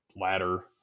ladder